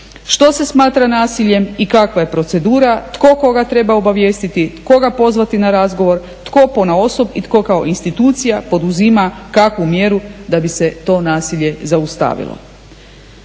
što se smatra nasiljem i kakva je procedura, tko koga treba obavijestiti, koga pozvati na razgovor, tko po na osob i tko kao institucija poduzima kakvu mjeru da bi se to nasilje zaustavilo.